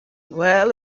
well